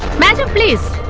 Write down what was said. madam please